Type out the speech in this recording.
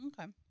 okay